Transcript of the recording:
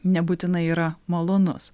nebūtinai yra malonus